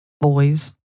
boys